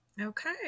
okay